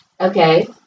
Okay